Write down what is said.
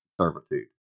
servitude